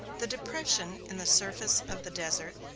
the depression in the surface of the desert,